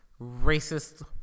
racist